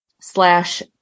slash